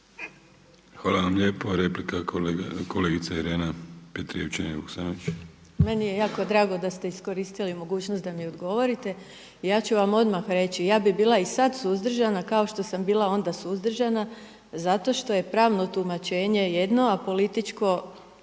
Hvala vam lijepo. Replika kolegica Irena Petrijevčanin Vuksanović. **Petrijevčanin Vuksanović, Irena (HDZ)** Meni je jako drago da ste iskoristili mogućnost da mi odgovorite. Ja ću vam odmah reći, ja bih bila i sada suzdržana kao što sam bla onda suzdržana zato što je pravno tumačenje jedno a političko